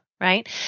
right